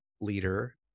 leader